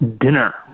dinner